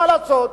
מה לעשות?